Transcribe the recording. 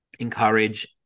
encourage